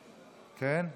כן?